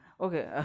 Okay